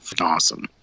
awesome